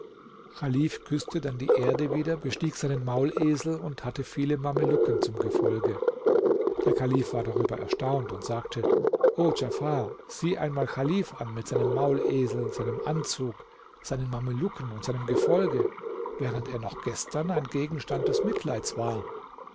küßte dann die erde wieder bestieg seinen maulesel und hatte viele mamelucken zum gefolge der kalif war darüber erstaunt und sagte o djafar sieh einmal chalif an mit seinem maulesel seinem anzug seinen mamelucken und seinem gefolge während er noch gestern ein gegenstand des mitleids war